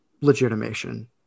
legitimation